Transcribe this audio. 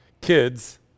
Kids